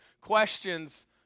questions